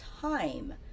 time